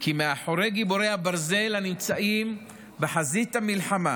כי מאחורי גיבורי הברזל הנמצאים בחזית המלחמה,